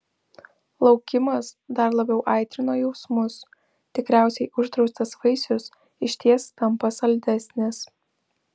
laukimas dar labiau aitrino jausmus tikriausiai uždraustas vaisius išties tampa saldesnis